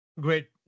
Great